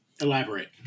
Elaborate